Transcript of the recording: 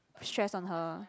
stress on her